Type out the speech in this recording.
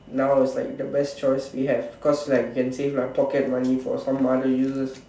now is like the best choice we have cause like can save like pocket money for other use